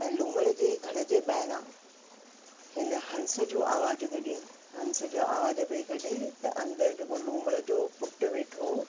ऐं लूमड़ जे घर जे ॿाहिरां हिन हंस जो आवाजु कढियईं हंस जा आवाजु पई कढे त अंदरि जेको लूमड़ जो पुटु वेठो हुओ